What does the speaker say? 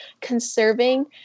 conserving